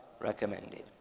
recommended